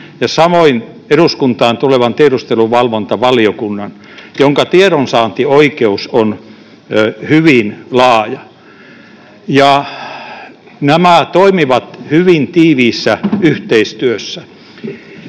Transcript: ja samoin eduskuntaan tulevan tiedusteluvalvontavaliokunnan, jonka tiedonsaantioikeus on hyvin laaja, ja nämä toimivat hyvin tiiviissä yhteistyössä.